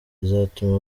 izatuma